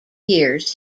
years